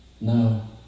No